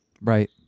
Right